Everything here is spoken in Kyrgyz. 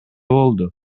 болду